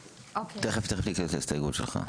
תכף היא תקרא את ההסתייגות שלך.